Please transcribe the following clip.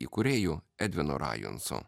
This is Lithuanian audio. įkūrėju edvinu rajuncu